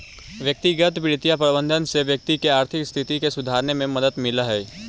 व्यक्तिगत वित्तीय प्रबंधन से व्यक्ति के आर्थिक स्थिति के सुधारने में मदद मिलऽ हइ